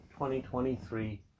2023